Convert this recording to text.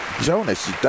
Jonas